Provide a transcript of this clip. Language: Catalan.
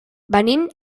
venim